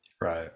Right